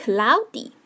Cloudy